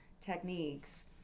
techniques